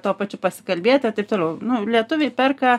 tuo pačiu pasikalbėti ir taip toliau nu lietuviai perka